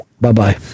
Bye-bye